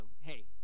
Hey